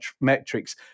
metrics